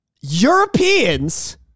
Europeans